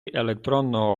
електронного